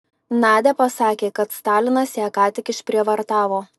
nadia pasakė kad stalinas ją ką tik išprievartavo